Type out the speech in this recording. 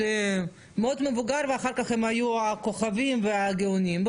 מאוד מבוגר ואחר כך הם היו הכוכבים והגאונים.